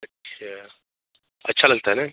अच्छा अच्छा लगता है ना